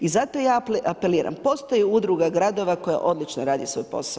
I zato ja apeliram postoji udruga gradova koja odlično radi svoj posao.